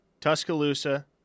Tuscaloosa